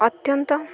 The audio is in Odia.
ଅତ୍ୟନ୍ତ